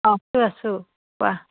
অঁ আছোঁ আছোঁ কোৱা